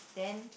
then